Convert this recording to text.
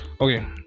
okay